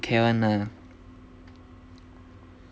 [one] ah